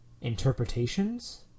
interpretations